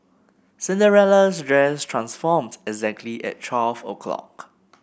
Cinderella's dress transformed exactly at twelve o' clock